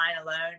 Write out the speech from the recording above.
alone